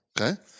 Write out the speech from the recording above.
Okay